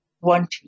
wanting